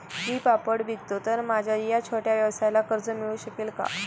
मी पापड विकतो तर माझ्या या छोट्या व्यवसायाला कर्ज मिळू शकेल का?